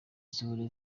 zihora